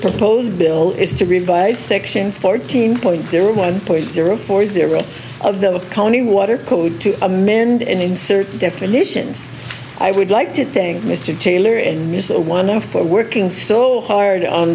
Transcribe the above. proposed bill is to revise section fourteen point zero one point zero four zero of the county water code to amend and insert definitions i would like to think mr taylor and then for working so hard on